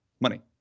money